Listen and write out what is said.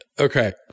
Okay